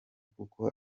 kuko